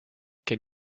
can